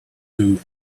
two